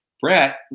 brett